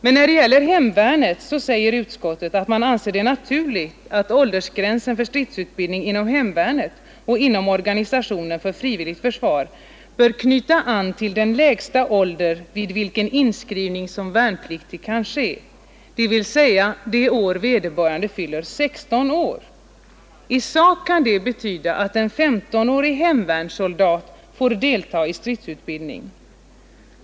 Men när det gäller hemvärnet säger utskottet att man anser det naturligt att åldersgränsen för stridsutbildning inom hemvärnet och inom organisation för frivilligt försvar bör knyta an ”till den lägsta ålder vid vilken inskrivning som värnpliktig kan ske, dvs. det år vederbörande fyller 16 år”. I sak kan det betyda att en 15-årig hemvärnssoldat får delta i stridsutbildning.